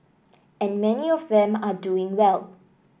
and many of them are doing well